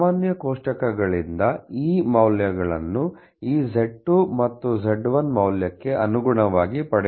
ಸಾಮಾನ್ಯ ಕೋಷ್ಟಕಗಳಿಂದ ಈ ಮೌಲ್ಯಗಳನ್ನು ಈ z2 ಮತ್ತು z1 ಮೌಲ್ಯಕ್ಕೆ ಅನುಗುಣವಾಗಿ 0